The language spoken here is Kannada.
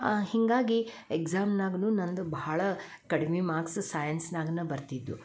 ಹೀಗಾಗಿ ಎಗ್ಝಾಮ್ನಾಗುನು ನಂದು ಭಾಳ ಕಡಿಮೆ ಮಾರ್ಕ್ಸ್ ಸೈನ್ಸ್ನ್ಯಾಗ್ನ ಬರ್ತಿದ್ವು